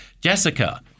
Jessica